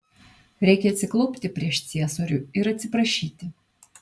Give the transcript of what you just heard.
reikia atsiklaupti prieš ciesorių ir atsiprašyti